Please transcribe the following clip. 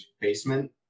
basement